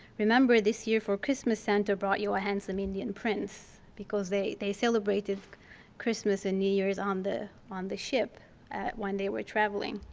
remember this year for christmas santa brought you a handsome indian prince. because they they celebrated christmas and new year's on the on the ship when they were traveling.